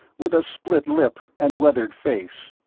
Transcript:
with a split lip and weathered face.